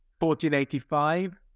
1485